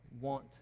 want